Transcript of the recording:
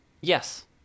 Yes